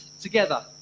together